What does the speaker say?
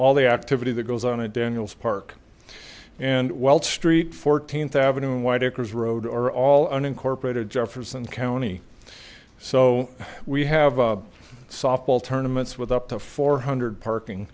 all the activity that goes on to daniel's park and well street fourteenth avenue and white actors road or all unincorporated jefferson county so we have softball tournaments with up to four hundred parking